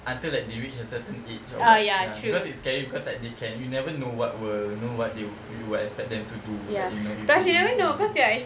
until like they reach a certain age or what ya because it's scary because like they can you never know what will you know what they would what you expect them to do like